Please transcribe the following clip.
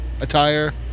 attire